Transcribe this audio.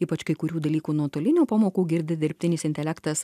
ypač kai kurių dalykų nuotolinių pamokų girdi dirbtinis intelektas